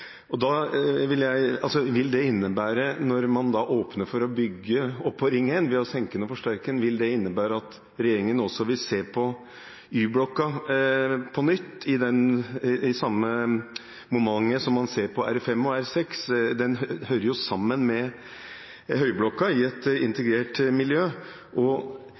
Når man da åpner for å bygge oppå Ring 1 ved å senke og forsterke den, vil det innebære at regjeringen også vil se på Y-blokka på nytt, i samme moment som man ser på R5 og R6? Den hører jo sammen med høyblokka i et integrert miljø.